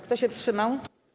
Kto się wstrzymał?